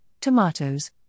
tomatoes